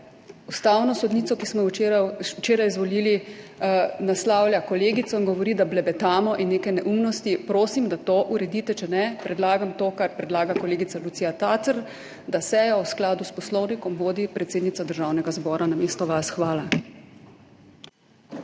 ustavno sodnico, ki smo jo včeraj izvolili, naslavlja kolegico in govori, da blebetamo in neke neumnosti. Prosim, da to uredite. Če ne predlagam to, kar predlaga kolegica Lucija Tacer, da sejo v skladu s Poslovnikom vodi predsednica Državnega zbora namesto vas. Hvala.